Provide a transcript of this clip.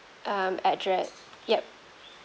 um address ya